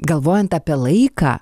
galvojant apie laiką